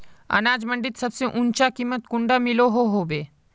अनाज मंडीत सबसे ऊँचा कीमत कुंडा मिलोहो होबे?